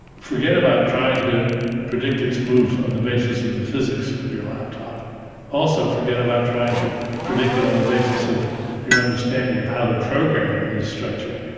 forget about trying to predict its moves on the basis of the physics of your laptop also forget about trying to predict it on the basis of your understanding of how the program is structured.